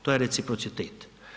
To je reciprocitet.